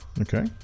Okay